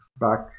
back